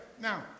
Now